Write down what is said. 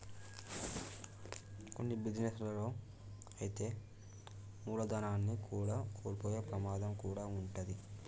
కొన్ని బిజినెస్ లలో అయితే మూలధనాన్ని కూడా కోల్పోయే ప్రమాదం కూడా వుంటది